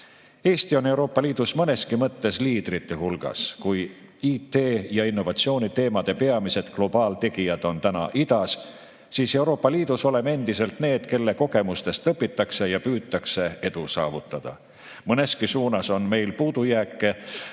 Eesti on Euroopa Liidus mõneski mõttes liidrite hulgas. Kui IT‑ ja innovatsiooniteemade peamised globaaltegijad on täna idas, siis Euroopa Liidus oleme endiselt need, kelle kogemustest õpitakse ja püütakse edu saavutada. Mõneski suunas on meil puudujääke